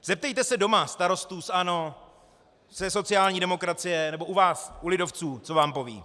Zeptejte se doma starostů z ANO, ze sociální demokracie nebo u vás u lidovců, co vám povědí.